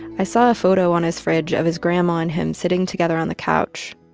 i saw a photo on his fridge of his grandma and him sitting together on the couch.